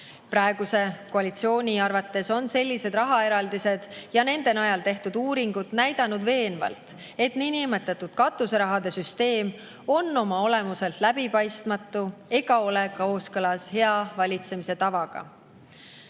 Praeguse koalitsiooni arvates on sellised rahaeraldised ja nende najal tehtud uuringud näidanud veenvalt, et niinimetatud katuseraha süsteem on oma olemuselt läbipaistmatu ega ole kooskõlas hea valitsemise tavaga.